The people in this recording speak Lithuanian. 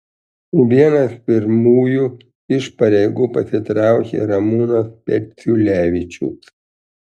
vienas pirmųjų iš pareigų pasitraukė ramūnas peciulevičius